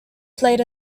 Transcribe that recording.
played